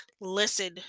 listen